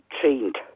trained